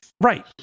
Right